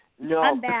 No